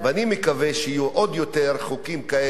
אני מקווה שיהיו עוד יותר חוקים כאלה,